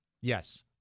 Yes